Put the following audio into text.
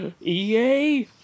EA